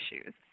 issues